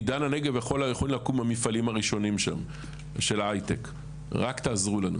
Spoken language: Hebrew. עידן הנגב כאזור תעסוקה של תעשייה מסורתית,